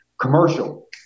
Commercial